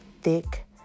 thick